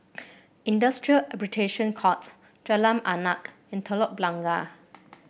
Industrial Arbitration Court Jalan Arnap and Telok Blangah